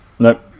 Nope